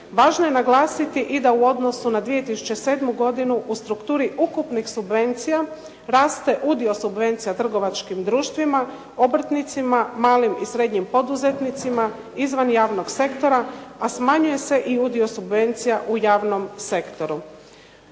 Važno je naglasiti i da u odnosu na 2007. godinu u strukturi ukupnih subvencija raste udio subvencija trgovačkim društvima, obrtnicima, malim i srednjim poduzetnicima izvan javnog sektora, a smanjuje se i udio subvencija u javnom sektoru.